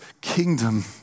kingdom